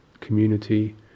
community